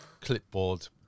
clipboard